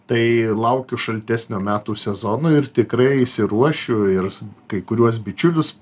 tai laukiu šaltesnio metų sezono ir tikrai išsiruošiu ir kai kuriuos bičiulius